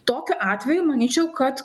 tokiu atveju manyčiau kad